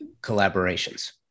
collaborations